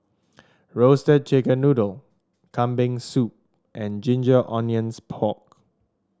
Roasted Chicken Noodle Kambing Soup and Ginger Onions Pork